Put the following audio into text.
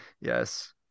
Yes